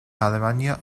alemania